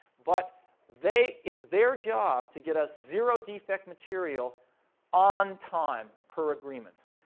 but they it's their job to get us a zero defect material on-time, per agreements.